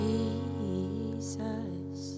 Jesus